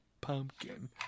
pumpkin